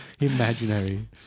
imaginary